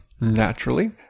naturally